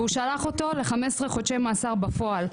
והוא שלח אותו ל-15 חודשי מאסר בפועל.